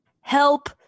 help